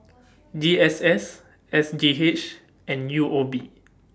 G S S S G H and U O B